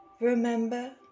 Remember